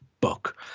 book